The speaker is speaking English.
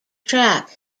trap